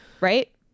right